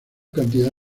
cantidad